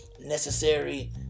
necessary